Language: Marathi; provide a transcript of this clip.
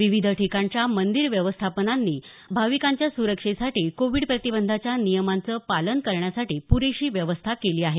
विविध ठिकाणच्या मंदीर व्यवस्थापनांनी भाविकांच्या सुरक्षेसाठी कोविड प्रतिबंधाच्या नियमांचं पालन करण्यासाठी प्रेशा व्यवस्था केली आहे